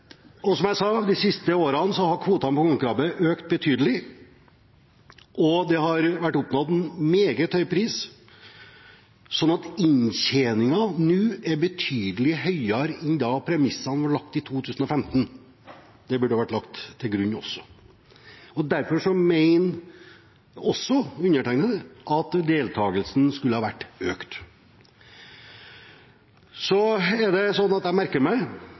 Som jeg sa – de siste årene har kvotene med kongekrabbe økt betydelig, og det har vært oppnådd en meget høy pris, slik at inntjeningen nå er betydelig høyere enn da premissene ble lagt i 2015. Det burde også vært lagt til grunn. Derfor mener også undertegnede at deltakelsen skulle vært økt. Jeg merker meg selvfølgelig at